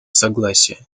согласия